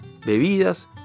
bebidas